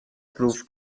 proof